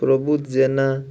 Prabhut Jena